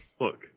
look